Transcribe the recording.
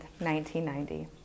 1990